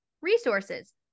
resources